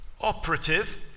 operative